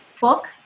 book